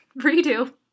Redo